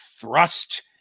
thrust